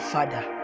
Father